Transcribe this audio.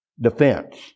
defense